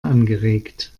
angeregt